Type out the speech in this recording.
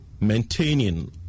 maintaining